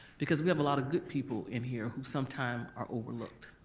because we have a lot of good people in here who sometime are overlooked.